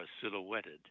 silhouetted